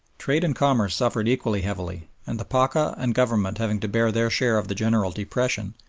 trade and commerce suffered equally heavily, and the pacha and government having to bear their share of the general depression,